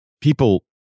people